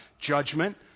judgment